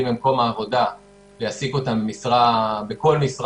במקום העבודה ויעסיקו אותם בכל משרה,